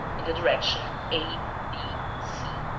in the direction a, b, c,